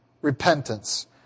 repentance